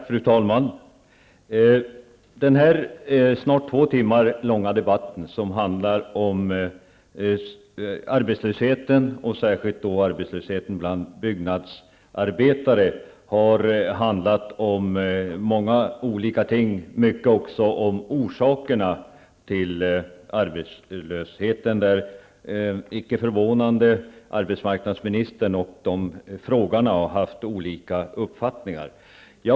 Fru talman! Den här snart två timmar långa debatten, om arbetslösheten och särskilt arbetslösheten bland byggnadsarbetare, har handlat om många olika ting, också om orsakerna till arbetslösheten, där arbetsmarknadsministern och frågeställarna har haft olika uppfattningar, vilket icke är förvånande.